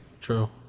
True